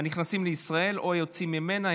הנכנסים לישראל או היוצאים ממנה,